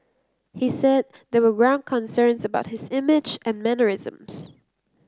he said there were ground concerns about his image and mannerisms